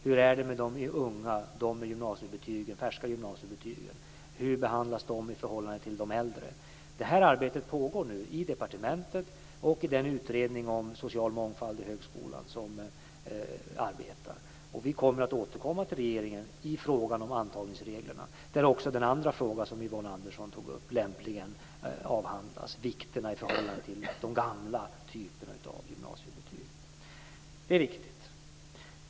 Hur är det med de unga - de med de färska gymnasiebetygen? Hur behandlas de i förhållande till de äldre? Detta arbete pågår nu i departementet och i den utredning om social mångfald i högskolan som arbetar. Vi kommer att återkomma i frågan om antagningsreglerna, och då avhandlas lämpligen också den andra fråga som Yvonne Andersson tog upp, dvs. förhållandet till de gamla typerna av gymnasiebetyg. Det är viktigt.